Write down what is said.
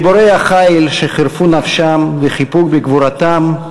גיבורי החיל שחירפו נפשם וחיפו בגבורתם,